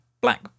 Black